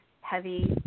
heavy